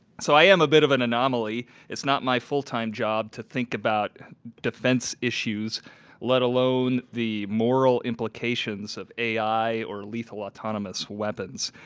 so am a bit of an anomaly. it's not my full-time job to think about defense issues let alone the moral implications of ai or lethal autonomous weapons.